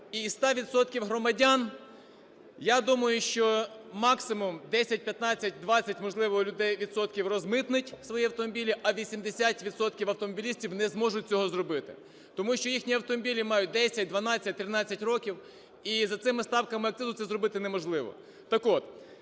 громадян, я думаю, що максимум 10, 15, 20, можливо, людей, відсотків, розмитнить свої автомобілі, а 80 відсотків автомобілістів не зможуть цього зробити, тому що їхні автомобілі мають 10, 12, 13 років, і за цими ставками акцизу це зробити неможливо.